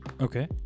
Okay